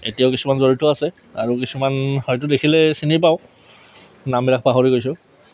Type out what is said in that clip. এতিয়াও কিছুমান জড়িত আছে আৰু কিছুমান হয়তো দেখিলে চিনি পাওঁ নামবিলাক পাহৰি গৈছোঁ